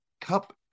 Cup